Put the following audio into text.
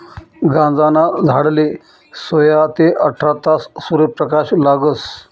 गांजाना झाडले सोया ते आठरा तास सूर्यप्रकाश लागस